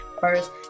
first